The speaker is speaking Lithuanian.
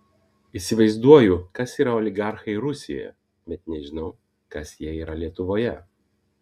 įsivaizduoju kas yra oligarchai rusijoje bet nežinau kas jie yra lietuvoje